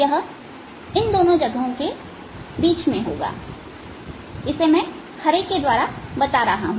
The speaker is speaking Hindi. यह इन दोनों जगह के बीच में होगा जिसे मैं हरे के द्वारा बता रहा हूं